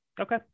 Okay